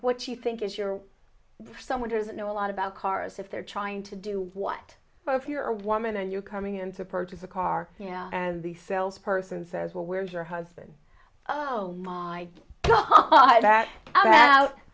what you think is you're someone who doesn't know a lot about cars if they're trying to do what but if you're a woman and you're coming in to purchase a car and the sales person says well where's your husband oh my god that out